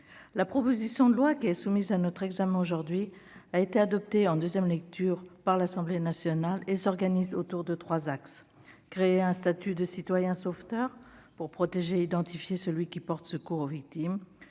La proposition de loi qui est soumise à notre examen aujourd'hui a été adoptée en deuxième lecture par l'Assemblée nationale. Elle s'organise autour de trois axes : créer un statut de citoyen sauveteur, pour identifier et protéger celui qui porte secours aux victimes